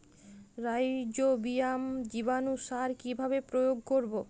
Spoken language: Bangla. রাইজোবিয়াম জীবানুসার কিভাবে প্রয়োগ করব?